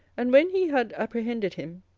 and when he had apprehended him,